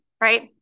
right